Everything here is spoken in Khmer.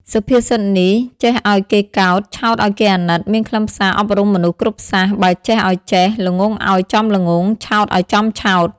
សុភាសិតនេះ ចេះឲ្យគេកោត ឆោតឲ្យគេអាណិត មានខ្លឹមសារអប់រំមនុស្សគ្រប់សាសន៍ បើចេះអោយចេះ ល្ងង់អោយចំល្ងង់ ឆោតអោយចំឆោត។